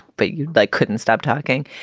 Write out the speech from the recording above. but you like couldn't stop talking.